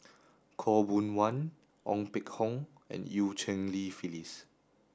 Khaw Boon Wan Ong Peng Hock and Eu Cheng Li Phyllis